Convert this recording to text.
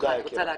אני רוצה להקשיב.